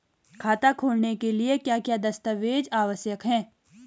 खाता खोलने के लिए क्या क्या दस्तावेज़ आवश्यक हैं?